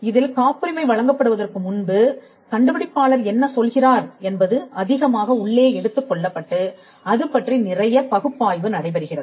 இதில் காப்புரிமை வழங்கப்படுவதற்கு முன்பு கண்டுபிடிப்பாளர் என்ன சொல்கிறார் என்பது அதிகமாக உள்ளே எடுத்துக்கொள்ளப்பட்டு அது பற்றி நிறைய பகுப்பாய்வு நடைபெறுகிறது